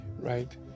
right